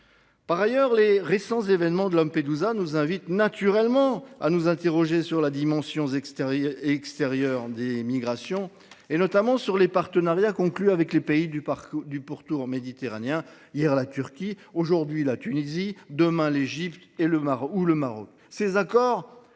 Par ailleurs, les récents événements de Lampedusa nous invitent naturellement à nous interroger sur la dimension extérieure des migrations, notamment sur les partenariats conclus avec les pays du pourtour méditerranéen, hier la Turquie, aujourd’hui la Tunisie, demain l’Égypte ou le Maroc. Ces accords,